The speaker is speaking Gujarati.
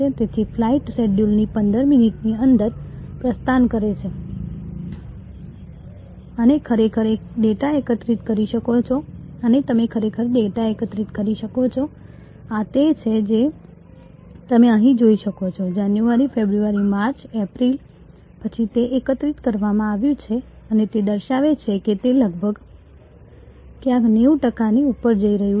તેથી ફ્લાઈટ્સ શેડ્યૂલની 15 મિનિટની અંદર પ્રસ્થાન કરે છે અને તમે ખરેખર ડેટા એકત્રિત કરી શકો છો આ તે છે જે તમે અહીં જોઈ શકો છો જાન્યુઆરી ફેબ્રુઆરી માર્ચ એપ્રિલ પછી તે એકત્રિત કરવામાં આવ્યું છે અને તે દર્શાવે છે કે તે લગભગ ક્યાંક 90 ટકા થી ઉપર જઈ રહ્યું છે